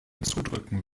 zudrücken